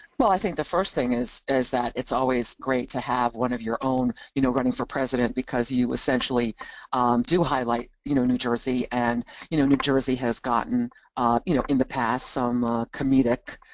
well i think the first thing is is its always great to have one of your own, you know, running for president, because you you essentially do highlight you know new jersey, and you know new jersey has gotten you know in the past, some comedic